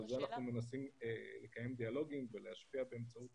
ואנחנו מנסים לקיים דיאלוגים ולהשפיע באמצעות